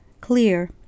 clear